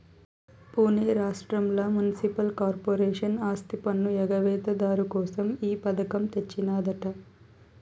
పునే రాష్ట్రంల municipal corporation ఆస్తిపన్ను ఎగవేత దారు కోసం ఈ పథకం తెచ్చినాదట